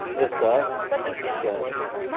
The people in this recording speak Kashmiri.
زٕ ساس شےٚ ہَس منٛز